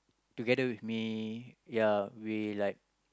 together with me ya we like